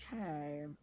Okay